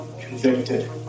convicted